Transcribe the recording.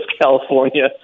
California